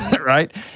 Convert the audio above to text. right